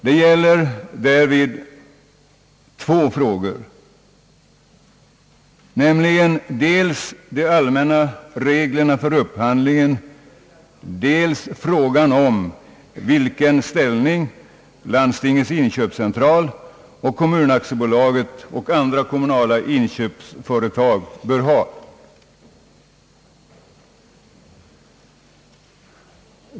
Det gäller två frågor, nämligen dels de allmänna reglerna för upphandling, dels frågan om vilken ställning Landstingens inköpscentral och Kommunaktiebolaget och andra kommunala inköpsföretag bör ha.